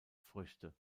früchte